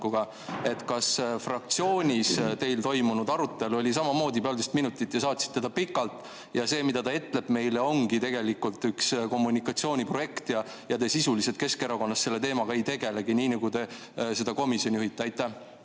Kas fraktsioonis toimunud arutelu oli samamoodi poolteist minutit, te saatsite ta pikalt ja see, mida ta etleb meile, ongi tegelikult üks kommunikatsiooniprojekt ja te sisuliselt Keskerakonnas selle teemaga ei tegelegi, nii nagu te seda komisjoni juhite? Aitäh,